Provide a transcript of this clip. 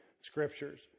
scriptures